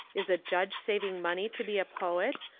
is a judge sav ing money to be a poet,